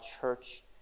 church